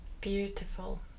Beautiful